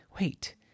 Wait